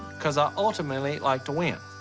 cause i ultimately like to win.